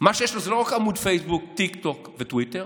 לא רק עמוד פייסבוק, טיק טוק וטוויטר,